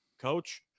coach